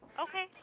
Okay